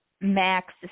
Max